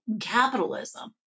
capitalism